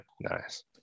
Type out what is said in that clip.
Nice